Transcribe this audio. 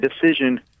decision